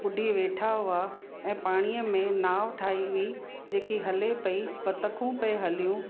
ॿढी वेठा हुआ ऐं पाणीअ में नाव ठाई हुई जेकी हले पई बतखूं पइ हलियूं